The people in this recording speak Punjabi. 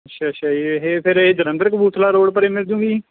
ਅੱਛਾ ਅੱਛਾ ਜੀ ਇਹ ਫਿਰ ਇਹ ਜਲੰਧਰ ਕਪੂਰਥਲਾ ਰੋਡ ਪਰੇ ਮਿਲਜੂੰਗੀ